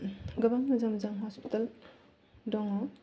गोबां मोजां मोजां हस्पिटाल दङ